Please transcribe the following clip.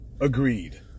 Agreed